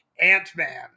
Ant-Man